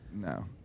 No